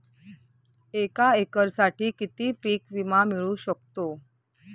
एका एकरसाठी किती पीक विमा मिळू शकतो?